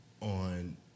on